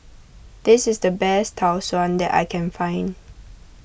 this is the best Tau Suan that I can find